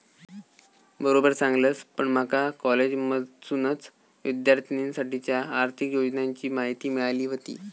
बरोबर सांगलस, पण माका कॉलेजमधसूनच विद्यार्थिनींसाठीच्या आर्थिक योजनांची माहिती मिळाली व्हती